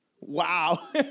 Wow